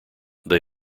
they